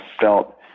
felt